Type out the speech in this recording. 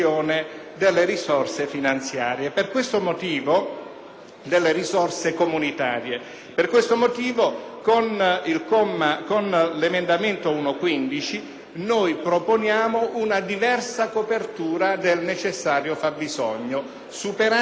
Per questo motivo, con l'emendamento 1.15 proponiamo una diversa copertura del necessario fabbisogno, superando anche la limitazione proposta dalla Commissione,